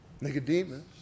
Nicodemus